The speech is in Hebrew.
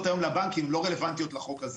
היום לבנקים אבל לא רלוונטיות לחוק הזה.